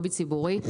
לובי ציבורי.